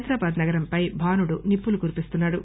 హైదరాబాద్ నగరం పై భానుడు నిప్పులు కురిపిస్తున్నాడు